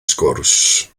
sgwrs